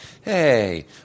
hey